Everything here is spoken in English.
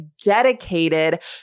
dedicated